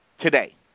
today